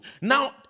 now